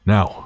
Now